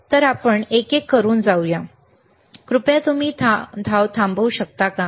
तर आपण एक एक करून जाऊया कृपया तुम्ही धाव थांबवू शकता का